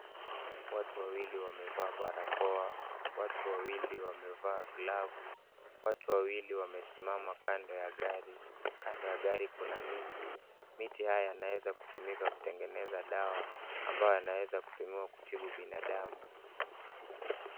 Watu wawili wamevaa barakoa. Watu wawili wamevaa glavu. Watu wawili wamesimama kando ya gari. Kando ya gari kuna miti, miti haya yanaeza kutumika kutengeneza dawa, ambayo yanaeza kutumiwa kutibu binadamu.